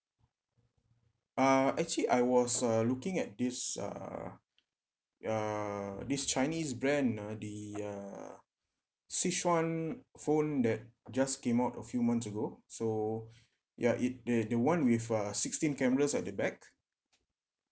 uh actually I was uh looking at this uh uh this chinese brand ah the uh sichuan phone that just came out a few months ago so ya it the the one with uh sixteen cameras at the back